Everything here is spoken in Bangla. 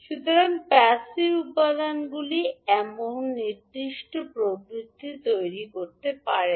সুতরাং প্যাসিভ উপাদানগুলি এমন অনির্দিষ্ট প্রবৃদ্ধি তৈরি করতে পারে না